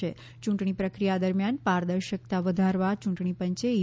યૂંટણી પ્રક્રિયા દરમિયાન પારદર્શકતા વધારવા યૂંટણી પંચે ઇ